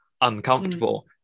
uncomfortable